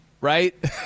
right